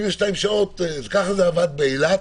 ככה זה עבד באילת,